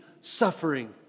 suffering